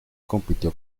compitió